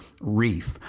Reef